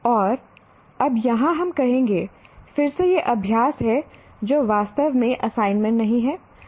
और अब यहां हम कहेंगे फिर से ये अभ्यास हैं जो वास्तव में असाइनमेंट नहीं हैं